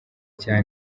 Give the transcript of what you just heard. cya